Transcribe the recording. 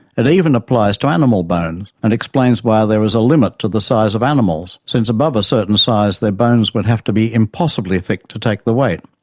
and even applies to animal bones, and explains why there is a limit to the size of animals, since above a certain size their bones would have to be impossibly thick to take the weight.